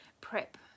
prep